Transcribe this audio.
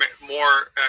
more